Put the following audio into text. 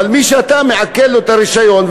אבל מי שאתה מעקל לו את הרישיון,